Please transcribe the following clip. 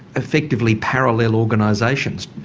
effectively parallel organisations,